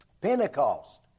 Pentecost